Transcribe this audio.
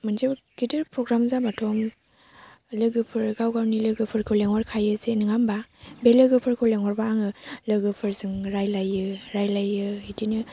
मोनसे गेदेर प्रग्राम जाबाथ' लोगोफोर गाव गावनि लोगोफोरखौ लेंहरखायो जे नङा होनबा बे लोगोफोरखौ लेंहरबा आङो लोगोफोरजों रायलायो रायलायो बिदिनो